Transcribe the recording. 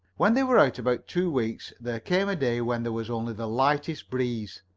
when they were out about two weeks there came a day when there was only the lightest breeze,